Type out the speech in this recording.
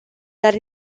dar